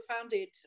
founded